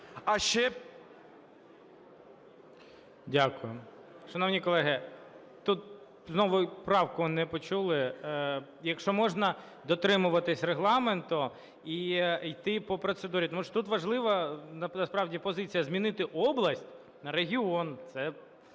Дякую. Шановні колеги, тут знову правку не почули. Якщо можна, дотримуватися Регламенту і йти по процедурі. Тому що тут важлива насправді позиція змінити "область" на "регіон".